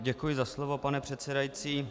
Děkuji za slovo, pane předsedající.